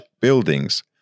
buildings